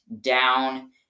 down